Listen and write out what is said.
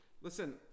Listen